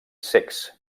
cecs